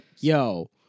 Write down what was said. yo